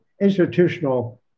institutional